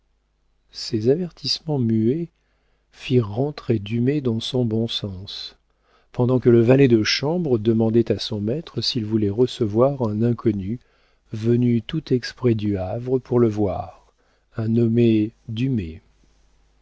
ces avertissements muets firent rentrer dumay dans son bon sens pendant que le valet de chambre demandait à son maître s'il voulait recevoir un inconnu venu tout exprès du havre pour le voir un nommé